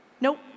Nope